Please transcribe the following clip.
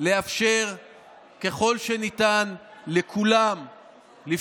לאפשר לכולם ככל שניתן לפעול